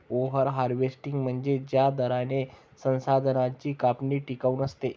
over harvesting म्हणजे ज्या दराने संसाधनांची कापणी टिकाऊ नसते